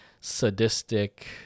sadistic